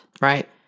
right